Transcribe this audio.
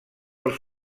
els